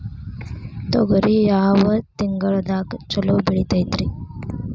ತೊಗರಿ ಯಾವ ತಿಂಗಳದಾಗ ಛಲೋ ಬೆಳಿತೈತಿ?